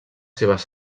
seves